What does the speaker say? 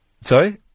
Sorry